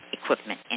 equipment